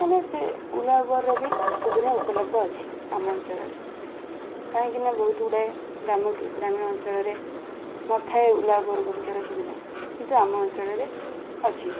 ମାନେ ସେ ଓଲା ଉବର୍ର ବି ସୁବିଧା ଉପଲବ୍ଧ ଅଛି ଆମ ଅଞ୍ଚଳରେ କାହିଁକିନା ବହୁତ ଗୁଡ଼ାଏ ଗ୍ରାମ ଗ୍ରାମୀଣ ଅଞ୍ଚଳରେ ନଥାଏ ଓଲା ଉବର୍ ଗୁଡ଼ିକର ସୁବିଧା କିନ୍ତୁ ଆମ ଅଞ୍ଚଳରେ ଅଛି